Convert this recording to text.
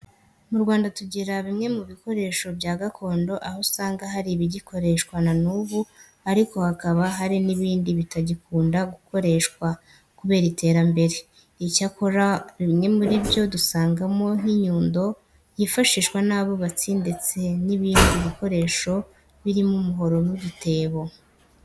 Mu Rwanda tugira bimwe mu bikoresho bya gakondo aho usanga hari ibigikoreshwa na n'ubu ariko hakaba hari n'ibindi bitagikunda gukoreshwa kubera iterambere. Icyakora bimwe muri byo dusangamo nk'inyundo yifashishwa n'abubatsi ndetse n'ibindi bikoresho birimo umuhoro n'udutebo.